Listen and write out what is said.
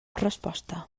resposta